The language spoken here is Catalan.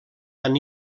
han